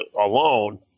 alone